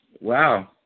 Wow